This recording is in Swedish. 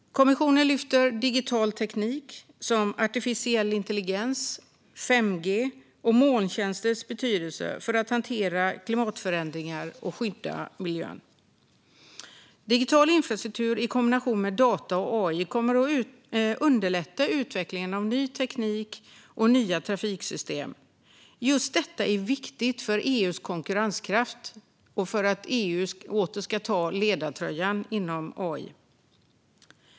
Kommissionen lyfter fram digital teknik som artificiell intelligens, 5G och molntjänsters betydelse för att hantera klimatförändringar och skydda miljön. Digital infrastruktur i kombination med data och AI kommer att underlätta utveckling av ny teknik och nya trafiksystem. Just detta är viktigt för EU:s konkurrenskraft och för att EU ska återta ledartröjan inom AI.